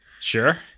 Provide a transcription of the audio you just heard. sure